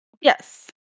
Yes